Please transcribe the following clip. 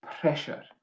pressure